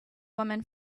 woman